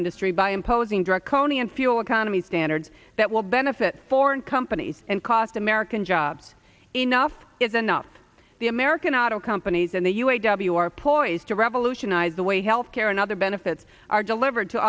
industry by imposing direct kone in fuel economy standards that will benefit foreign companies and cost american jobs enough is enough the american auto companies and the u a w are poised to revolutionize the way health care and other benefits are delivered to